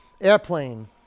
Airplane